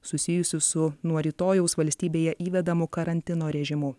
susijusius su nuo rytojaus valstybėje įvedamu karantino režimu